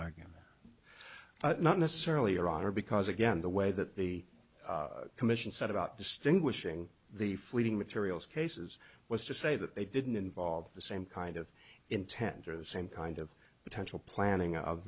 argument but not necessarily your honor because again the way that the commission said about distinguishing the fleeting materials cases was to say that they didn't involve the same kind of intent or the same kind of potential planning of